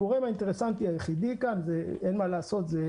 הגורם האינטרסנטי היחידי כאן זה הכלכלה.